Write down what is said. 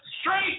straight